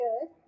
good